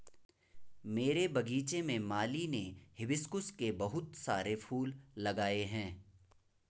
मेरे बगीचे में माली ने हिबिस्कुस के बहुत सारे फूल लगाए हैं